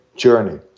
journey